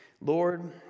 Lord